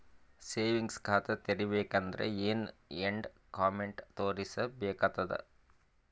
Savings ಖಾತಾ ತೇರಿಬೇಕಂದರ ಏನ್ ಏನ್ಡಾ ಕೊಮೆಂಟ ತೋರಿಸ ಬೇಕಾತದ?